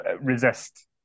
resist